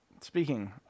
speaking